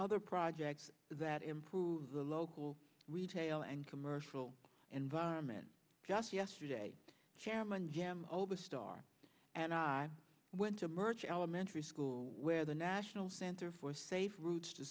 other projects that improve the local retail and commercial environment just yesterday chairman jim oberstar and i went to merge elementary school where the national center for safe routes to